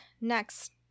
next